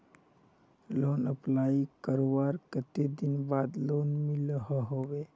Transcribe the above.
Loan apply करवार कते दिन बाद लोन मिलोहो होबे?